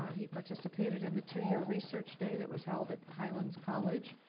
he participated in the two-year research day that was held at highlands college.